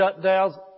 shutdowns